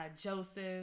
Joseph